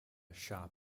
shop